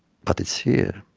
but it's here.